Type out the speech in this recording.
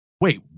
wait